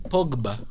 Pogba